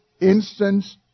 instance